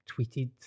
tweeted